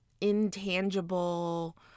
intangible